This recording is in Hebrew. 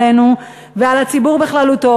עלינו ועל הציבור בכללותו,